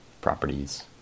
properties